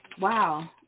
wow